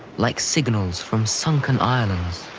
like signals from sunken islands.